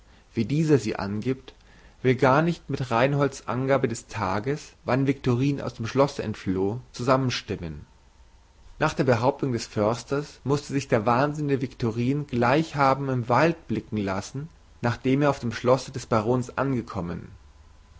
wie dieser sie angibt will gar nicht mit reinholds angabe des tages wann viktorin aus dem schlosse entfloh zusammenstimmen nach der behauptung des försters mußte sich der wahnsinnige viktorin gleich haben im walde blicken lassen nachdem er auf dem schlosse des barons angekommen